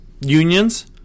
unions